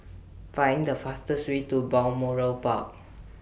Find The fastest Way to Balmoral Park